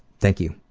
thank you,